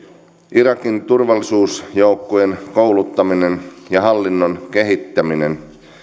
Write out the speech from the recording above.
irakin turvallisuusjoukkojen kouluttaminen ja hallinnon kehittäminen